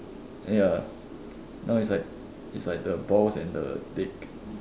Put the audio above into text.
ya now is like is like the balls and the dick